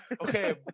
Okay